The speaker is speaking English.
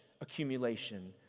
accumulation